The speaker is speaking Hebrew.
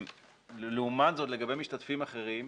לעומת זאת, לגבי משתתפים אחרים,